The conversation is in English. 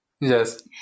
Yes